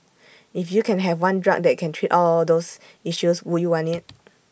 if you can have one drug that can treat all those issues would you want IT